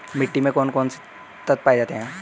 मिट्टी में कौन कौन से तत्व पाए जाते हैं?